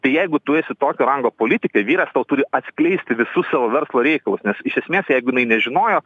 tai jeigu tu esi tokio rango politikė vyras tau turi atskleisti visus savo verslo reikalus nes iš esmės jeigu jinai nežinojo